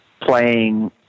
playing